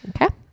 Okay